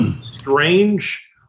strange